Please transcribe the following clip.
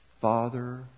Father